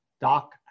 Doc